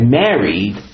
married